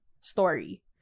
story